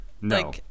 No